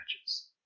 matches